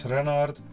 Renard